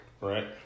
Right